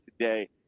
today